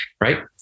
right